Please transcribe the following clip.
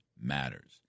matters